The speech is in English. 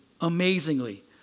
amazingly